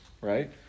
right